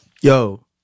Yo